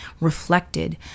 reflected